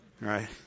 right